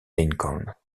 lincoln